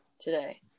today